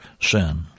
sin